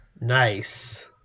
Nice